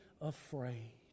afraid